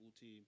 team